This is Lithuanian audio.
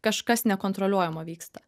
kažkas nekontroliuojamo vyksta